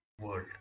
world